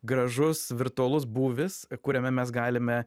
gražus virtualus būvis kuriame mes galime